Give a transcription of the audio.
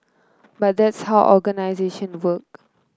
but that's how organisation work